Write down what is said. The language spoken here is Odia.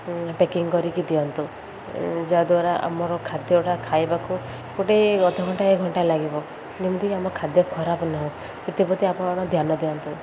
ପ୍ୟାକିଂ କରିକି ଦିଅନ୍ତୁ ଯାହାଦ୍ୱାରା ଆମର ଖାଦ୍ୟଟା ଖାଇବାକୁ ଗୋଟେ ଅଧଘଣ୍ଟା ଏ ଘଣ୍ଟା ଲାଗିବ ଯେମିତି ଆମ ଖାଦ୍ୟ ଖରାପ ନ ହଉ ସେଥିପ୍ରତି ଆପଣ ଧ୍ୟାନ ଦିଅନ୍ତୁ